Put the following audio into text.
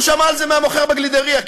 הוא שמע על זה מהמוכר בגלידרייה,